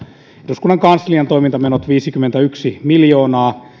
eduskunnan kanslian toimintamenot viisikymmentäyksi miljoonaa